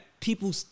people